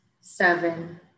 seven